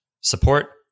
support